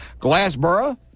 Glassboro